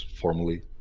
formally